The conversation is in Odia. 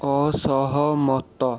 ଅସହମତ